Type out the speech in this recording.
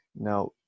Now